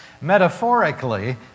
Metaphorically